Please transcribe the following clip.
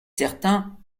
certain